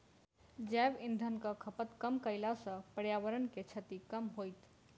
जैव इंधनक खपत कम कयला सॅ पर्यावरण के क्षति कम होयत